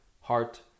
heart